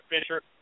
Fisher